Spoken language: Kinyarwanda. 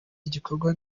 igikorwa